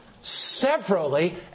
severally